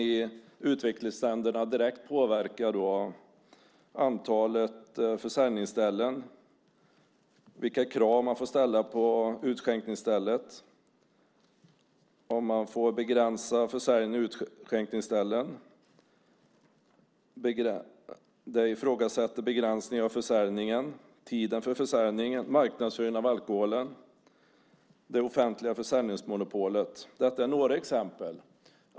I utvecklingsländerna kan det direkt påverka antalet försäljningsställen, vilka krav man får ställa på utskänkningsstället och om man får begränsa antalet försäljnings och utskänkningsställen. Det ifrågasätter begränsning av försäljningen, tiden för försäljningen, marknadsföringen av alkoholen och det offentliga försäljningsmonopolet. Detta är några exempel.